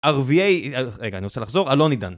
ערביי, רגע אני רוצה לחזור, אלון עידן